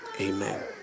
amen